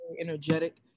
energetic